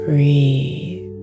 Breathe